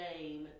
name